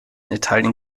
italien